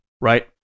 right